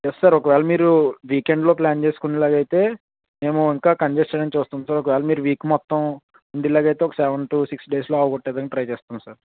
yes sir ఒకవేళ మీరు వీకెండ్లో ప్లాన్ చేసుకునేలాగా అయితే మేము ఇంకా కన్స్షన్ చూస్తాం సార్ ఒకవేళ మీరు వీక్ మొత్తం ఉండేలాగా అయితే ఒక సెవెన్ టు సిక్స్ డేస్లో అవగొట్టేదానికి ట్రై చేస్తాం సార్